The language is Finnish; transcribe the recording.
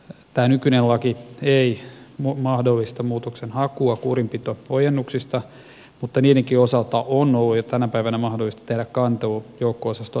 tämä nykyinen laki ei mahdollista muutoksenhakua kurinpito ojennuksista mutta niidenkin osalta on ollut jo tänä päivänä mahdollista tehdä kantelu joukko osaston komentajalle